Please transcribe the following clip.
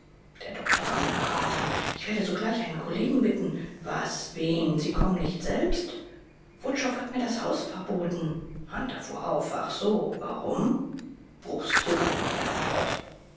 der doktor rang nach atem ich werde sogleich einen kollegen bitten was wen sie kommen nicht selbst wutschow hat mir das haus verboten hunter fuhr auf ach so warum bruchs zögerte mit der antwort